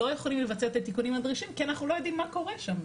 הם לא יכולים לבצע את התיקונים הנדרשים כי אנחנו לא יודעים מה קורה שם,